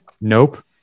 nope